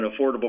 affordable